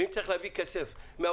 ואם צריך להביא כסף מהאוצר,